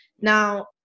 Now